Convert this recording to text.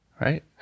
right